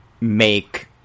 make